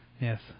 Yes